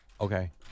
Okay